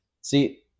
See